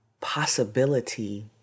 possibility